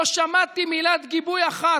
לא שמעתי מילת גיבוי אחת,